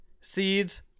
seeds